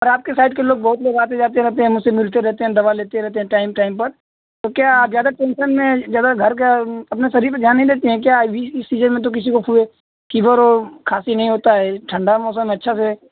और आपके साइड के लोग बहुत लोग आते जाते रहते हैं मुझसे मिलते रहते हैं दवा लेते रहते हैं टाइम टाइम पर तो क्या आप ज़्यादा टेंसन में हैं ज़्यादा घर का अपना शरीर पर ध्यान नहीं देती हैं क्या अभी इस सीजन में तो किसी को फ़ीवर और खाँसी नहीं होता है ठंडा मौसम है अच्छा से